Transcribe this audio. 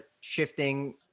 shifting